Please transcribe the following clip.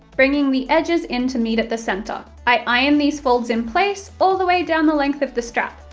bringing the edges in to meet at the centre. i ironed these folds in place, all the way down the length of the strap.